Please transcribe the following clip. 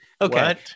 okay